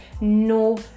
no